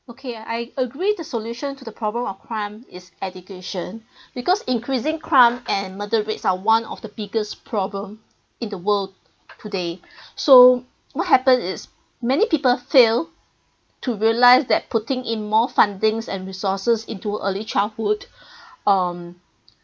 okay I agree the solution to the problem of crime is education because increasing crime and murder rates are one of the biggest problem in the world today so what happen is many people fail to realize that putting in more fundings and resources into early childhood um